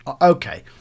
Okay